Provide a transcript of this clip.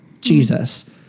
Jesus